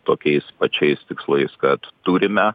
tokiais pačiais tikslais kad turime